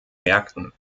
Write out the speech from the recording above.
märkten